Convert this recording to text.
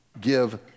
give